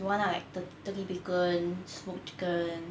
the one I like turkey bacon smoked chicken